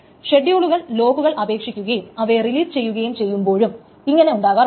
ഷെഡ്യൂളുകൾ ലോക്കുകൾക്ക് അപേക്ഷിക്കുകയും അവയെ റിലീസ് ചെയ്യുകയും ചെയ്യുമ്പോഴും ഇങ്ങനെ ഉണ്ടാകാറുണ്ട്